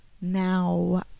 Now